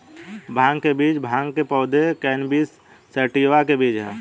भांग के बीज भांग के पौधे, कैनबिस सैटिवा के बीज हैं